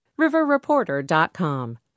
riverreporter.com